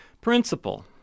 Principle